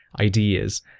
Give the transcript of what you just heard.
ideas